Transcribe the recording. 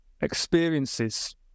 experiences